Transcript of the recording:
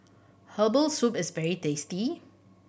herbal soup is very tasty